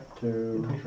two